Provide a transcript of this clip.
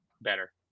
better